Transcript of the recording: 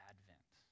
Advent